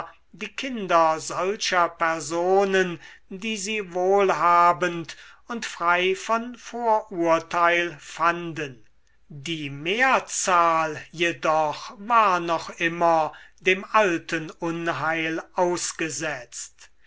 die kinder solcher personen die sie wohlhabend und frei von vorurteil fanden die mehrzahl jedoch war noch immer dem alten unheil ausgesetzt